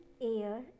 air